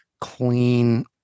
clean